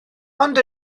ond